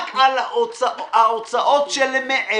הוא רק על ההוצאות שמעבר.